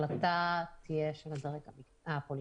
ההחלטה תהיה של הדרג הפוליטי.